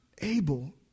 Abel